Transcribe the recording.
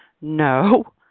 No